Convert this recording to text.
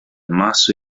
masso